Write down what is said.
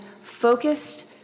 focused